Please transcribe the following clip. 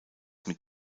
mit